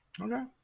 Okay